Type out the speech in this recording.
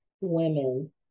women